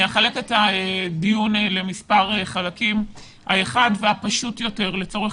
אני אחלק את הדברים למספר חלקים כאשר והפשוט יותר לצורך